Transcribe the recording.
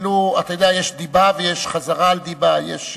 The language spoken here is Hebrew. יש דיבה ויש חזרה על דיבה, יש